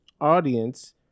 audience